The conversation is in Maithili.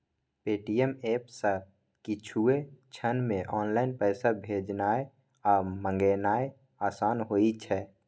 पे.टी.एम एप सं किछुए क्षण मे ऑनलाइन पैसा भेजनाय आ मंगेनाय आसान होइ छै